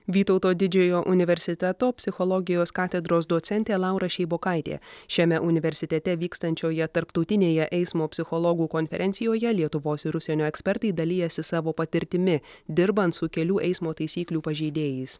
vytauto didžiojo universiteto psichologijos katedros docentė laura šeibokaitė šiame universitete vykstančioje tarptautinėje eismo psichologų konferencijoje lietuvos ir užsienio ekspertai dalijasi savo patirtimi dirbant su kelių eismo taisyklių pažeidėjais